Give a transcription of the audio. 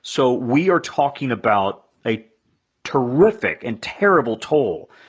so we are talking about a terrific and terrible toll,